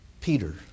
Peter